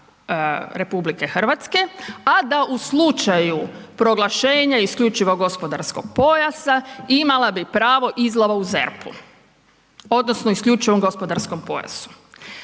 morskim vodama RH, a da u slučaju proglašenja isključivog gospodarskog pojasa imala bi pravo izlova u ZERP-u odnosno isključivom gospodarskom pojasu,